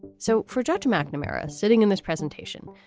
so for judge mcnamara, sitting in this presentation,